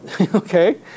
okay